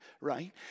right